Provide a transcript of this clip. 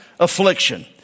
affliction